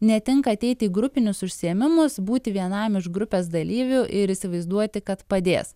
netinka ateiti į grupinius užsiėmimus būti vienam iš grupės dalyvių ir įsivaizduoti kad padės